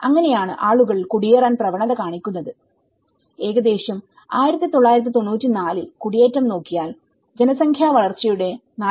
അങ്ങനെയാണ് ആളുകൾ കുടിയേറാൻ പ്രവണത കാണിക്കുന്നത് ഏകദേശം 1994 ൽ കുടിയേറ്റം നോക്കിയാൽ ജനസംഖ്യാ വളർച്ചയുടെ 4